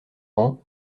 rang